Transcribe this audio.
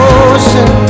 ocean